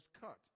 cut